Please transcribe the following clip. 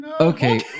Okay